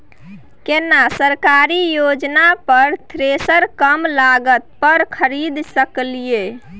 केना सरकारी योजना पर थ्रेसर कम लागत पर खरीद सकलिए?